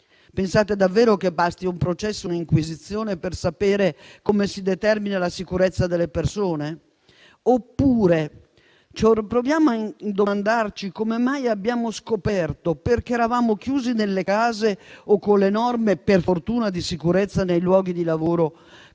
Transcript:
Pensate davvero che bastino un processo o un'inquisizione per sapere come si determina la sicurezza delle persone? Oppure proviamo a domandarci come mai abbiamo scoperto, perché eravamo chiusi nelle case o con le norme - per fortuna - di sicurezza nei luoghi di lavoro, che esiste